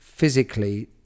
physically